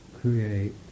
create